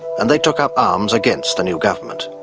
and they took up arms against the new government.